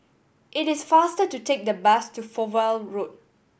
it is faster to take the bus to Fowlie Road